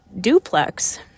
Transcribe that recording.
duplex